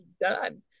done